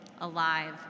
alive